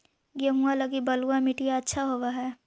गेहुआ लगी बलुआ मिट्टियां अच्छा होव हैं?